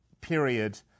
period